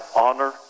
honor